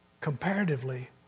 Comparatively